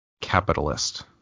capitalist